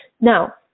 Now